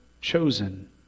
chosen